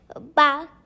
back